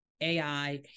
AI